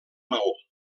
maó